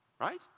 right